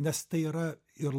nes tai yra ir